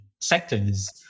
sectors